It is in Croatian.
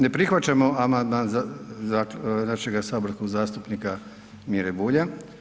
Ne prihvaćamo amandman našega saborskog zastupnika Mire Bulja.